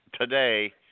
today